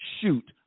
shoot